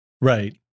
Right